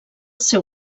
seu